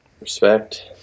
respect